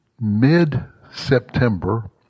mid-September